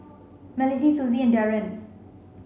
Malissie Suzie and Darren